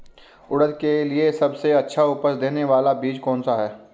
उड़द के लिए सबसे अच्छा उपज देने वाला बीज कौनसा है?